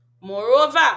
Moreover